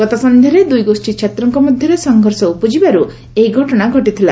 ଗତ ସନ୍ଧ୍ୟାରେ ଦୁଇ ଗୋଷ୍ଠୀ ଛାତ୍ରଙ୍କ ମଧ୍ୟରେ ସଂଘର୍ଷ ଉପୁଜିବାରୁ ଏହି ଘଟଣା ଘଟିଥିଲା